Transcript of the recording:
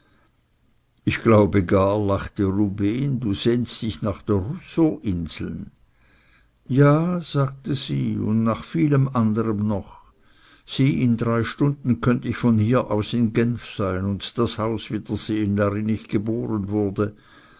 ich glaube gar lachte rubehn du sehnst dich nach der rousseau insel ja sagte sie und nach viel anderem noch sieh in drei stunden könnte ich von hier aus in genf sein und das haus wiedersehen darin ich geboren wurde